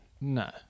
No